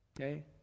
Okay